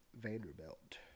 Vanderbilt